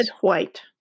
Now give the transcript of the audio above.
white